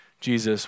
Jesus